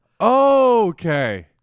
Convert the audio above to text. Okay